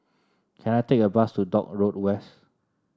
can I take a bus to Dock Road West